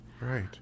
right